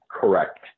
correct